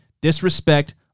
disrespect